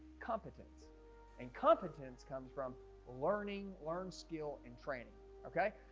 competence and competence comes from learning learn skill and training okay,